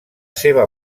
seva